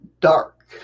Dark